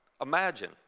Imagine